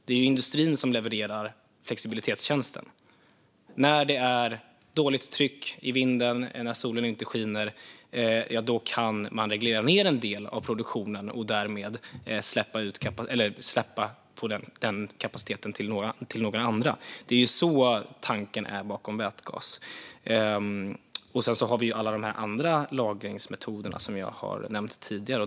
Det är industrin som levererar flexibilitetstjänsten. När det är dåligt tryck i vinden och när solen inte skiner kan man reglera ned en del av produktionen och därmed släppa på den kapaciteten till några andra. Det är så tanken är bakom vätgas. Sedan har vi alla de andra lagringsmetoderna som jag har nämnt tidigare.